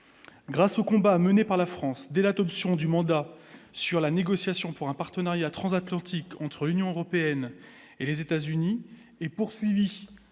grâce au combat mené par la France de l'adoption du mandat sur la négociation pour un partenariat transatlantique entre l'Union européenne et les États-Unis est poursuivi